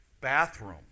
bathroom